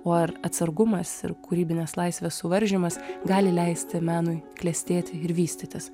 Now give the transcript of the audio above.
o ar atsargumas ir kūrybinės laisvės suvaržymas gali leisti menui klestėti ir vystytis